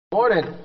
morning